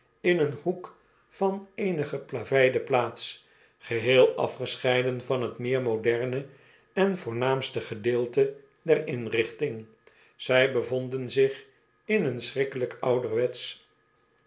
in een hoek van eene geplaveide plaats geheel afgescheiden van t meer moderne en voornaamste gedeelte der inrichting zij bevonden zich in een schrikkelijk ouderwetsch